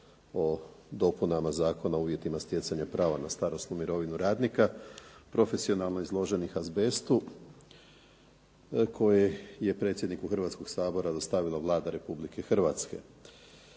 o dopunama Zakona o uvjetima stjecanja prava na starosnu mirovinu radnika profesionalno izloženih azbestu koji je predsjedniku Hrvatskoga sabora dostavila Vlada Republike Hrvatske.